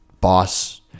boss